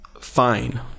fine